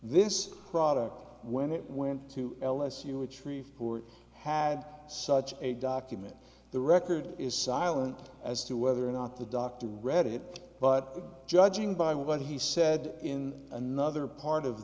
this product when it went to l s e which we've had such a document the record is silent as to whether or not the doctor read it but judging by what he said in another part of